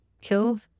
killed